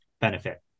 benefit